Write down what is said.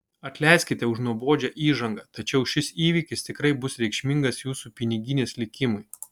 atleiskite už nuobodžią įžangą tačiau šis įvykis tikrai bus reikšmingas jūsų piniginės likimui